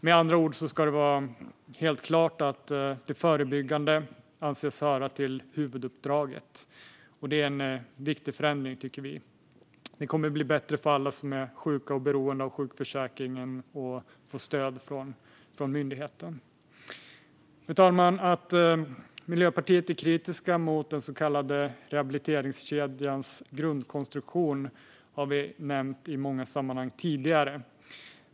Det ska med andra ord vara helt klart att det förebyggande anses höra till huvuduppdraget. Det tycker vi är en viktig förändring. Det kommer att bli bättre för alla som är sjuka och beroende av sjukförsäkringen att få stöd från myndigheten. Fru talman! Att Miljöpartiet är kritiska till den så kallade rehabiliteringskedjans grundkonstruktion har vi nämnt i många sammanhang tidigare.